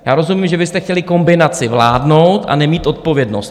Já rozumím, že byste chtěli kombinaci vládnout a nemít odpovědnost.